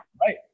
Right